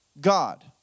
God